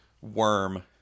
worm